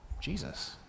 Jesus